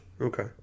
Okay